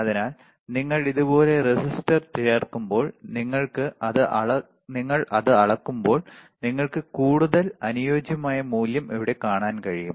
അതിനാൽ നിങ്ങൾ ഇതുപോലെ റെസിസ്റ്റർ ചേർക്കുമ്പോൾ നിങ്ങൾ അത് അളക്കുമ്പോൾ നിങ്ങൾക്ക് കൂടുതൽ അനുയോജ്യമായ മൂല്യം ഇവിടെ കാണാൻ കഴിയും